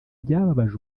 byababaje